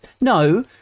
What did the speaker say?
no